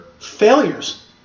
failures